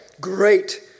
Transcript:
Great